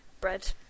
bread